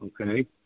okay